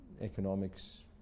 economics